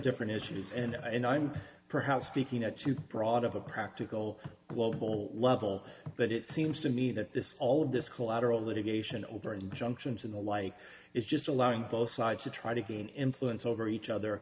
different issues and and i'm perhaps speaking at you brought of a practical global level but it seems to me that this all of this collateral litigation over injunctions and the like is just allowing both sides to try to gain influence over each other